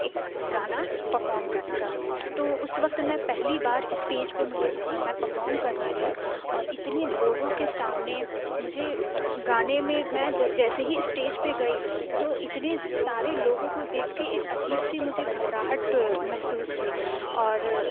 ایک گانا پرفام کرنا تھا تو اُس وقت میں پہلی بار اسٹیج پہ مجھے میں پرفام کرنے گئی اور اتنے لوگوں کے سامنے مجھے گانے میں میں جیسے ہی اسٹیج پہ گئی تو اتنے سارے لوگوں کو دیکھ کے ایک عجیب سی مجھے گھبراہٹ محسوس ہوئی اور